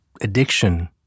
addiction